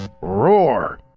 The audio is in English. Roar